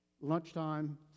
lunchtime